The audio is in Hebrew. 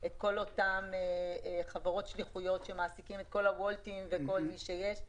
את כל אותן חברות שליחויות שמעסיקות את שליחי "וולט" וכל מי שיש.